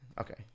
okay